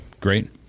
Great